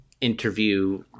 interview